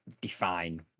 define